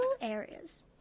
areas